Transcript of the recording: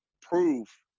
proof